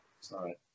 Sorry